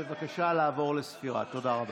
בבקשה לעבור לספירה, תודה רבה.